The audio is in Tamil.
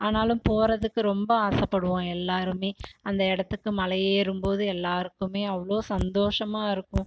ஆனாலும் போகிறதுக்கு ரொம்ப ஆசைப்படுவோம் எல்லாருமே அந்த இடத்துக்கு மலையேறும் போது எல்லாருக்குமே அவ்வளோ சந்தோஷமாக இருக்கும்